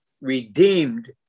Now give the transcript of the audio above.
redeemed